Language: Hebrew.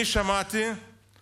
אני שמעתי את